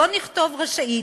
בואו נכתוב "רשאית".